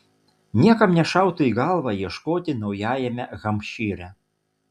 niekam nešautų į galvą ieškoti naujajame hampšyre